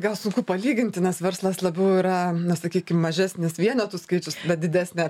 gal sunku palyginti nes verslas labiau yra na sakykim mažesnis vienetų skaičius bet didesnė